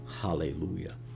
Hallelujah